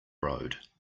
road